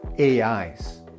AIs